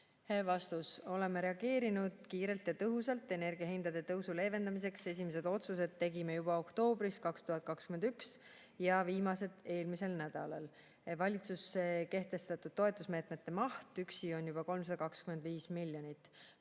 Vastus. Oleme reageerinud kiirelt ja tõhusalt, et energiahindade tõusu leevendada, esimesed otsused tegime juba oktoobris 2021 ja viimased eelmisel nädalal. Valitsuse kehtestatud toetusmeetmete maht üksi on juba 325 miljonit.